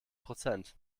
prozent